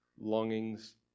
longings